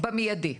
כן, במידי.